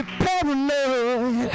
paranoid